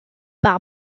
par